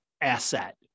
asset